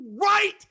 right